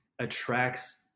attracts